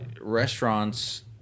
restaurants